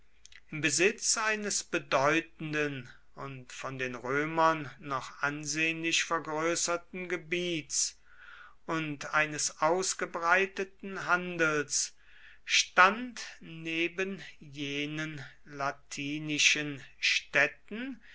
besitz eines bedeutenden und von den römern noch ansehnlich vergrößerten gebiets und eines ausgebreiteten handels stand neben jenen launischen städten